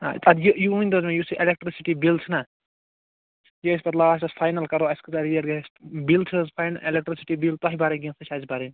یہِ ؤنۍ تو حظ مےٚ یۄس یہِ ایٚلیٚکٹرٛسٹی بِل چھِ نَہ سۄ پیٚیہِ اسہِ پَتہٕ لاسٹَس فاینَل کَرُن اسہِ کۭژاہ ریٹ گژھہِ تہٕ بِل چھا حظ ایٚلیٚکٹرٛسٹی بِل تۄہہِ بھرٕنۍ کِنہٕ سۄ چھِ اسہِ بھرٕنۍ